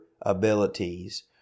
abilities